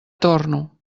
torno